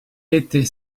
était